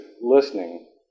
listening